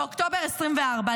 באוקטובר 2024,